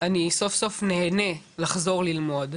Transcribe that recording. אני נהנה לחזור ללמוד.